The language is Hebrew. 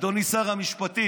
אדוני שר המשפטים.